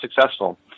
successful